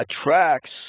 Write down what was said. attracts